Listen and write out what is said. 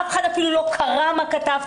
אף אחד אפילו לא קרא מה כתבתי,